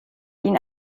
ihn